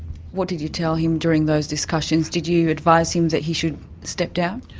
what did you tell him during those discussions? did you advise him that he should step down?